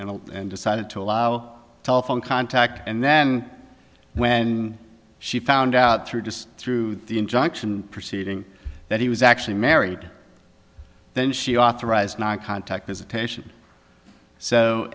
and decided to allow telephone contact and then when she found out through just through the injunction proceeding that he was actually married then she authorized non contact visitation so